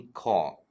call 。